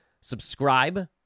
subscribe